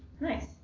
Nice